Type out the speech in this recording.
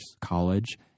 college